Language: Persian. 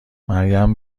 مریم